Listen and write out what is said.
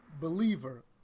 believer